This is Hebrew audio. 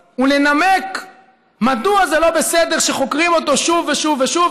ולנמק מדוע זה לא בסדר שחוקרים אותו שוב ושוב ושוב,